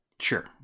Sure